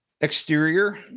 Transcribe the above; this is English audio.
Exterior